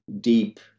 deep